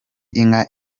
inka